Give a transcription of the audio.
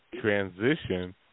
transition